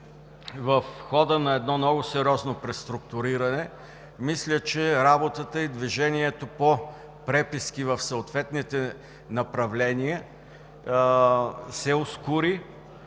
в хода на едно много сериозно преструктуриране мисля, че работата и движението по преписки в съответните направления се ускори,